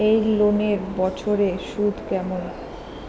এই লোনের বছরে সুদ কেমন?